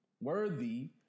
worthy